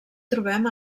trobem